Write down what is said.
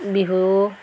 Bihu